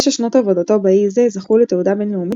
9 שנות עבודתו באי זה זכו לתהודה בינלאומית